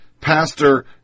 Pastor